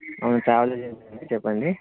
travel ఏజెన్సీనే చెప్పండి